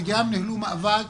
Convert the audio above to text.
וגם ניהלו מאבק